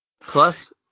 plus